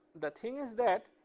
the thing is that,